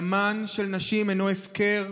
דמן של נשים אינו הפקר.